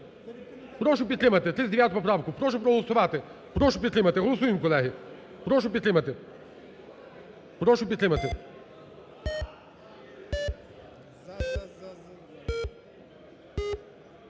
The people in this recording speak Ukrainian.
прошу підтримати, 39 поправку, прошу проголосувати. Прошу підтримати, голосуємо, колеги, прошу підтримати, прошу підтримати.